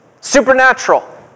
Supernatural